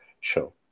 show